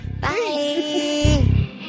Bye